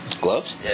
Gloves